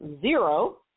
zero